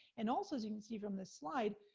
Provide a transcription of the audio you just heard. and also as you can see from this slide,